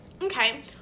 Okay